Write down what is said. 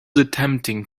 attempting